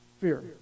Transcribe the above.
fear